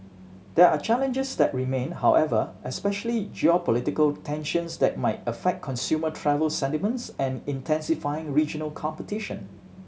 there are challenges that remain however especially geopolitical tensions that might affect consumer travel sentiments and intensifying regional competition